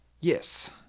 Yes